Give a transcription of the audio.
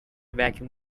vacuum